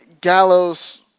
Gallows